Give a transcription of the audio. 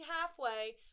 halfway